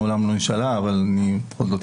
מעולם לא נשאלה אבל בכל זאת,